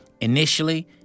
Initially